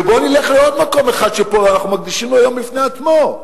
ובואו נלך לעוד מקום אחד שפה אנחנו מקדישים לו יום בפני עצמו: